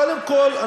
קודם כול,